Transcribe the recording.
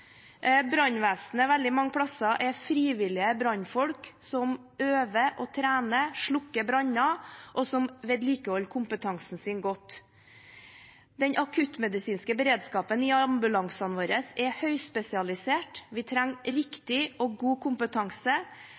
Brannvesenet består veldig mange steder av frivillige brannfolk som øver og trener, slukker branner og vedlikeholder kompetansen sin godt. Den akuttmedisinske beredskapen i ambulansene våre er høyspesialisert. Vi trenger riktig og god kompetanse.